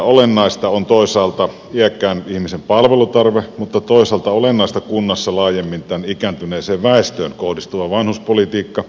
olennaista on toisaalta iäkkään ihmisen palvelutarve mutta toisaalta olennaista kunnassa on laajemmin tähän ikääntyneeseen väestöön kohdistuva vanhuspolitiikka